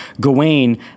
Gawain